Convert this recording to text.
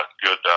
good